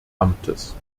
amtes